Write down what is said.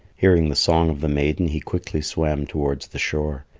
hearing the song of the maiden, he quickly swam towards the shore.